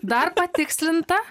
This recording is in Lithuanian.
dar patikslinta